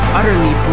utterly